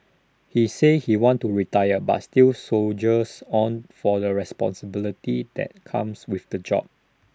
he says he wants to retire but still soldiers on for the responsibility that comes with the job